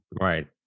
right